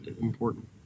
important